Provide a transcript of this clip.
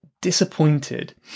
disappointed